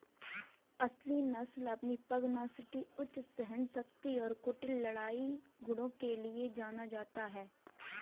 असील नस्ल अपनी पगनासिटी उच्च सहनशक्ति और कुटिल लड़ाई गुणों के लिए जाना जाता है